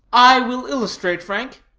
i will illustrate, frank,